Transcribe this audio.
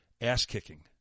ass-kicking